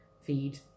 feed